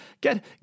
get